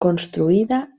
construïda